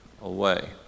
away